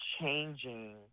changing